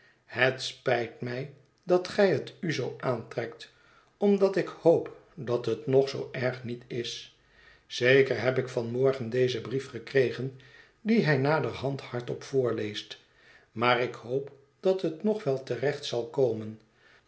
het spijt mij dat gij het u zoo aantrekt omdat ik hoop dat het nog zoo erg niet is zeker heb ik van morgen dezen brief gekregen dien hij naderhand hardop voorleest maar ik hoop dat het nog wel te recht zal komen